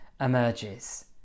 emerges